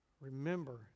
remember